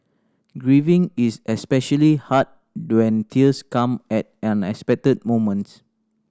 grieving is especially hard when tears come at unexpected moments